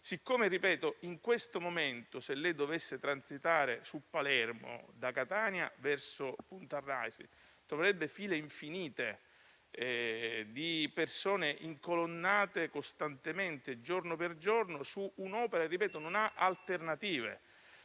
Ministro, se in questo momento lei dovesse transitare da Catania verso Palermo-Punta Raisi, troverebbe file infinite di persone incolonnate costantemente giorno per giorno su un'opera che, lo ripeto, non ha alternative.